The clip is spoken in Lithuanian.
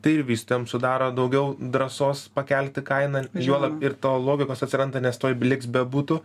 tai ir vystytojam sudaro daugiau drąsos pakelti kainą juolab ir to logikos atsiranda nes tuoj liks be butų